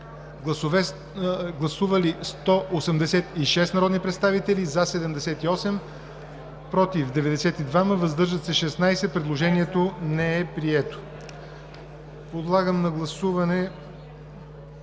Гласували 186 народни представители: за 78, против 90, въздържали се 18. Предложението не е прието. Преминаваме към гласуване